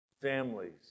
families